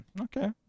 Okay